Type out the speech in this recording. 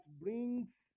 brings